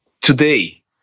today